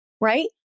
right